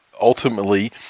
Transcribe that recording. ultimately